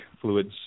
fluids